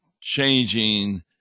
changing